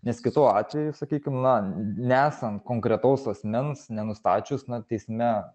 nes kitu atveju sakykim na nesant konkretaus asmens nenustačius na teisme